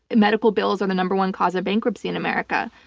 medical bills are the number one cause of bankruptcy in america.